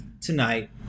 tonight